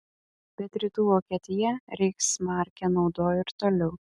bet rytų vokietija reichsmarkę naudojo ir toliau